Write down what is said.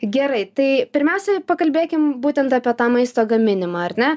gerai tai pirmiausia pakalbėkim būtent apie tą maisto gaminimą ar ne